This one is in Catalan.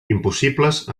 impossibles